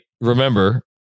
Remember